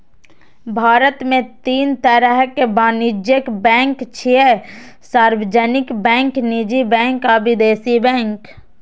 भारत मे तीन तरहक वाणिज्यिक बैंक छै, सार्वजनिक बैंक, निजी बैंक आ विदेशी बैंक